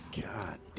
God